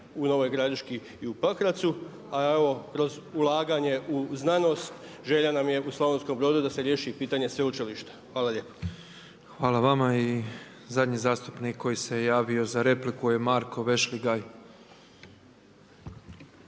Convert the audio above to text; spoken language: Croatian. u Novog Gradiški i u Pakracu. A evo kroz ulaganje u znanost želja nam je u Slavonskom Brodu da se riješi i pitanje sveučilišta. Hvala lijepo. **Petrov, Božo (MOST)** Hvala vama. I zadnji zastupnik koji se javio za repliku je Marko Vešligaj.